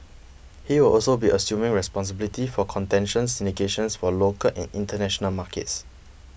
he will also be assuming responsibility for contention syndication for local and international markets